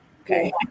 Okay